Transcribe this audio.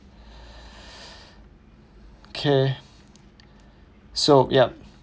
okay so yup